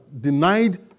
denied